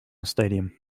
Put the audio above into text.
stadium